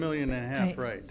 millionaire right